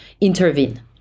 intervene